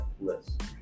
list